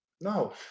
No